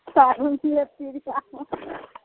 साहुल छिए तिरिआइ